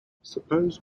suppose